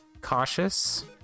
cautious